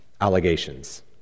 allegations